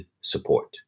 support